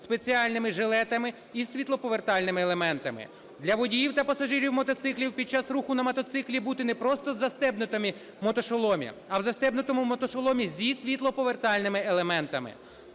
спеціальними жилетами із світлоповертальними елементами. Для водіїв та пасажирів мотоциклів під час руху на мотоциклі бути не просто в застебнутому мотошоломі, а в застебнутому мотошоломі зі світлоповертальними елементами.